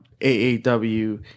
AAW